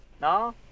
No